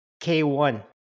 K1